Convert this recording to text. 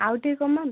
ଆଉ ଟିକେ କମାନ୍ତୁ